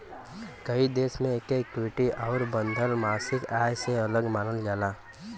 कई देश मे एके इक्विटी आउर बंधल मासिक आय से अलग मानल जाला